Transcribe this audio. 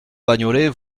bagnolet